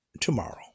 tomorrow